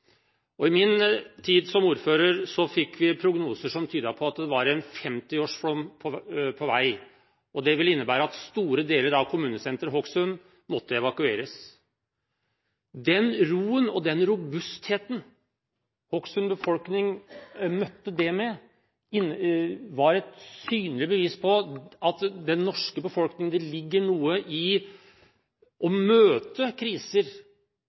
I min tid som ordfører fikk vi prognoser som tydet på at det var en 50-årsflom på vei, og det ville innebære at store deler av kommunesenteret Hokksund måtte evakueres. Den roen og den robustheten Hokksunds befolkning møtte det med, var et synlig bevis på at det i den norske befolkning ligger noe for å møte kriser